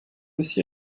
aussi